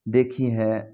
دیکھی ہیں